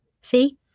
See